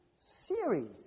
series